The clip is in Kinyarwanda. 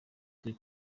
turi